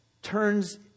turns